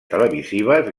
televisives